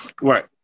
Right